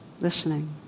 Listening